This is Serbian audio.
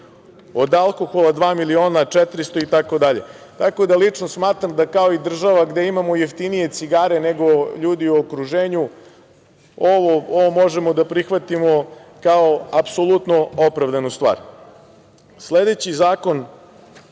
od alkohola dva miliona 400 itd. Tako da, lično smatram da, kao država gde imamo jeftinije cigare nego ljudi u okruženju, ovo možemo da prihvatimo kao apsolutno opravdanu stvar. Sledeći zakon